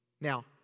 now